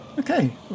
Okay